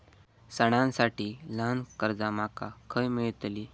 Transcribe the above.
सणांसाठी ल्हान कर्जा माका खय मेळतली?